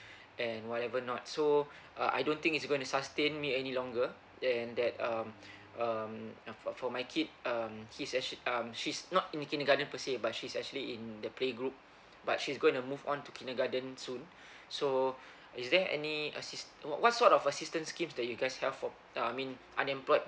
and whatever not so uh I don't think it's going to sustain me any longer than that um um uh for for my kid um he's actually um she's not in the kindergarten per se but she's actually in the playgroup but she's going to move on to kindergarten soon so is there any assist wh~ what sort of assistance schemes that you guys have for uh I mean unemployed